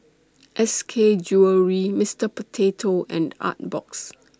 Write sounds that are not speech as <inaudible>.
<noise> S K Jewellery Mister Potato and Artbox